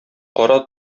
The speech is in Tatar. кара